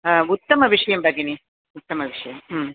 उत्तमविषयः भगिनि उत्तमविषयः